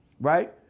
Right